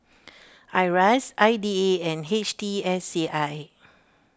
Iras I D A and H T S C I